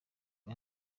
rwa